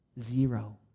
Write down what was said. Zero